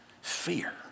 Fear